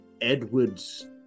Edward's